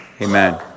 Amen